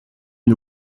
une